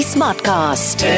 Smartcast